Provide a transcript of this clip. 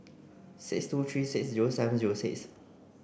six two three six zero seven zero six